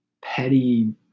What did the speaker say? petty